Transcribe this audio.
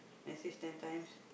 message ten times